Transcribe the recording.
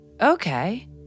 Okay